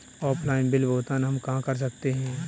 Offline bill भुगतान हम कहां कर सकते हैं?